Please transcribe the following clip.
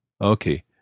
Okay